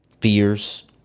fears